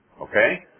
Okay